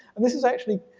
and this is actually,